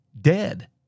dead